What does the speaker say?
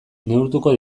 neurtuko